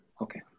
Okay